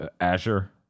Azure